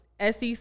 SEC